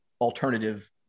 alternative